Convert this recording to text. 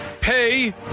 pay